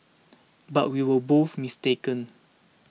but we were both mistaken